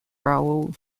raoul